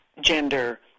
gender